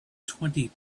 twenty